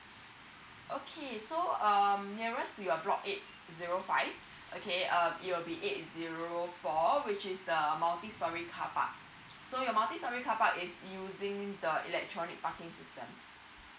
okay so um nearest to your block eight zero five okay uh it will be eight zero four which is the multi storey carpark so your multi storey carpark is using the electronic parking system